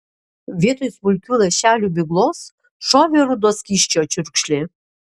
vietoj smulkių lašelių miglos šovė rudo skysčio čiurkšlė